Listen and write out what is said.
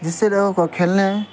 جس سے لوگوں کو کھیلنے